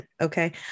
okay